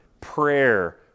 prayer